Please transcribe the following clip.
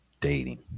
dating